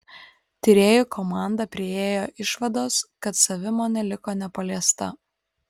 tyrėjų komanda priėjo išvados kad savimonė liko nepaliesta